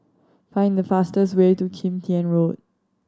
find the fastest way to Kim Tian Road